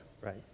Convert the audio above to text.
right